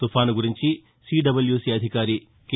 తుపాను గురించి సిడబ్యూసీ అధికారి కె